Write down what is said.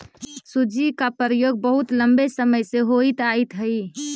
सूजी का प्रयोग बहुत लंबे समय से होइत आयित हई